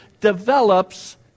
develops